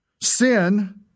Sin